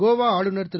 கோவாஆளுநர் திரு